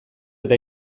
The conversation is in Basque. eta